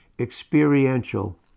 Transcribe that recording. experiential